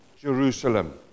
Jerusalem